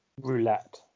roulette